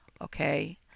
okay